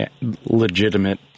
legitimate